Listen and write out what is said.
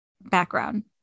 background